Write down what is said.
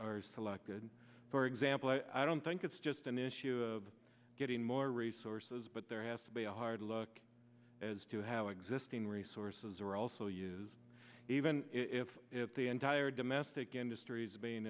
are selected for example i don't think it's just an issue of getting more resources but there has to be a hard look as to how existing resources are also used even if the entire domestic industries are being